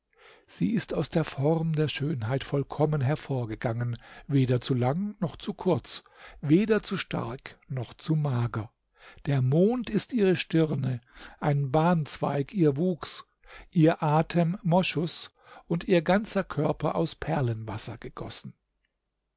sie ist aus der form der schönheit vollkommen hervorgegangen weder zu lang noch zu kurz weder zu stark noch zu mager der mond ist ihre stirne ein banzweig ihr wuchs ihr atem moschus und ihr ganzer körper aus perlenwasser gegossen